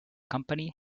company